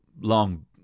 long